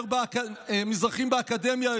יותר מזרחים באקדמיה,